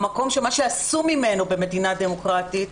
במקום שמה עשו ממנו במדינה דמוקרטית,